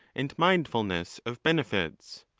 and mindfulness of benefits?